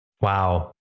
Wow